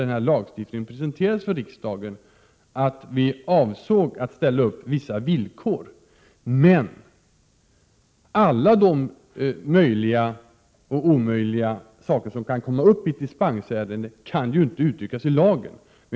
När lagstiftningen presenterades för riksdagen angavs klart att vi avsåg att ställa upp vissa villkor, men alla de möjliga och omöjliga frågeställningar som kan komma upp i dispensärenden kan ju inte uttryckas i lag.